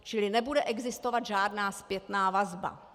Čili nebude existovat žádná zpětná vazba.